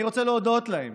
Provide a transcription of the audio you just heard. אני רוצה להודות להם